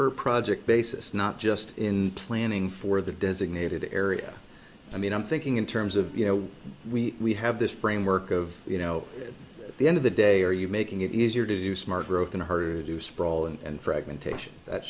project basis not just in planning for the designated area i mean i'm thinking in terms of you know we have this framework of you know the end of the day are you making it easier to do smart growth than her do sprawl and fragment